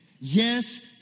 Yes